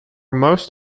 most